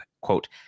quote